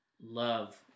love